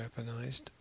weaponized